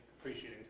appreciating